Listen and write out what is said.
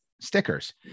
stickers